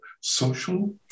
social